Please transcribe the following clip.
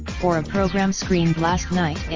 for a programme screened last night. yeah